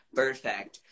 perfect